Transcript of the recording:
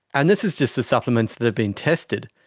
and this is just the supplements that have been tested.